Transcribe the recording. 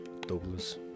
Douglas